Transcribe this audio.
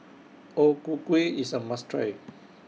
O Ku Kueh IS A must Try